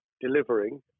delivering